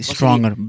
Stronger